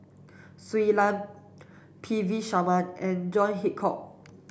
Shui Lan P V Sharma and John Hitchcock